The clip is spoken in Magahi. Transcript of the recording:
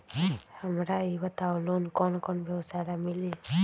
हमरा ई बताऊ लोन कौन कौन व्यवसाय ला मिली?